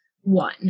one